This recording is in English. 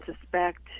suspect